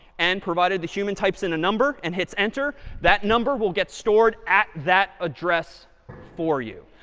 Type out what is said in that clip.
and provided the human types in a number and hits enter, that number will get stored at that address for you.